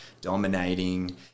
Dominating